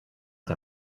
der